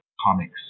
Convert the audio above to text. comics